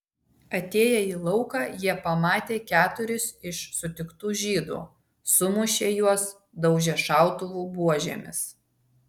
atėję į lauką jie pamatė keturis iš sutiktų žydų sumušė juos daužė šautuvų buožėmis